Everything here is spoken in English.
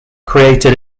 created